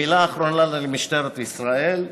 מילה אחרונה למשטרת ישראל: